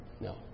No